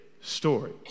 story